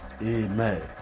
Amen